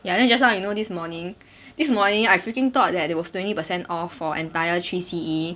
ya then just now you know this morning this morning I freaking thought that it was twenty percent off for entire three C_E